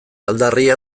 aldarria